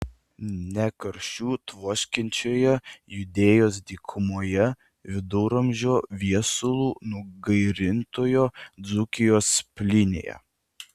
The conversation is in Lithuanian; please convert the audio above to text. ne karščiu tvoskiančioje judėjos dykumoje viduržiemio viesulų nugairintoje dzūkijos plynėje